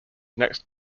next